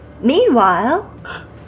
meanwhile